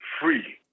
free